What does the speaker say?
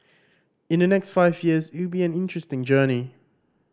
in the next five years it will be an interesting journey